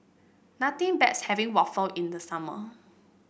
nothing beats having waffle in the summer